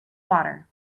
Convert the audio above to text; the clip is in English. water